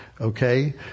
Okay